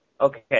Okay